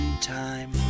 time